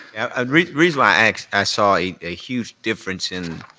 ah reason why i ask, i saw a huge difference in,